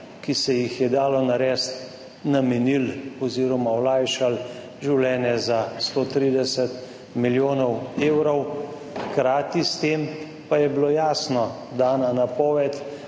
ki se jih je dalo narediti, namenili oziroma olajšali življenje za 130 milijonov evrov. Hkrati s tem pa je bila jasno dana napoved,